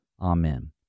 Amen